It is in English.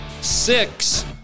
six